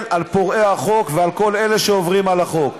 על פורעי החוק ועל כל אלה שעוברים על החוק.